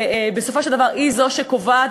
ובסופו של דבר היא זו שקובעת,